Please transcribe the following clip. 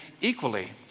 equally